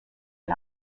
and